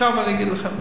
עכשיו אני אגיד לכם.